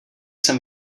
jsem